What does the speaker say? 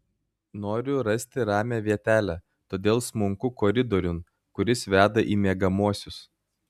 noriu rasti ramią vietelę todėl smunku koridoriun kuris veda į miegamuosius